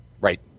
right